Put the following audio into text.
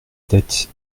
tête